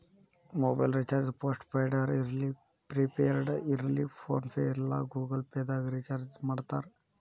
mobile recharge post ಪೇಡರ ಇರ್ಲಿ prepaid ಇರ್ಲಿ ಫೋನ್ಪೇ ಇಲ್ಲಾ ಗೂಗಲ್ ಪೇದಾಗ್ ರಿಚಾರ್ಜ್ಮಾಡ್ತಾರ